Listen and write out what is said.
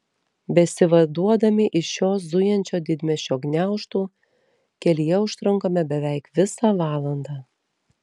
besivaduodami iš šio zujančio didmiesčio gniaužtų kelyje užtrunkame beveik visą valandą